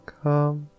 come